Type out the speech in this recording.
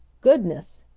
goodness!